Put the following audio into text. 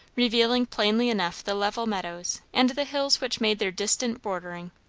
revealing plainly enough the level meadows, and the hills which made their distant bordering.